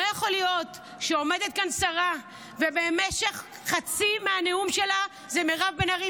לא יכול להיות שעומדת כאן שרה ובמשך חצי מהנאום שלה: מירב בן ארי,